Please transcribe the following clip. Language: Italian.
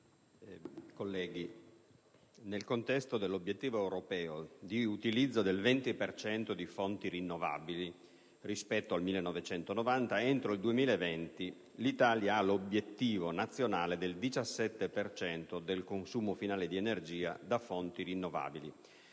colleghi, nel contesto dell'obiettivo europeo di utilizzo del 20 per cento di fonti rinnovabili, rispetto al 1990, entro il 2020, l'Italia ha l'obiettivo nazionale del 17 per cento del consumo finale di energia da fonti rinnovabili,